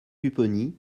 pupponi